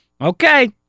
Okay